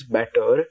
better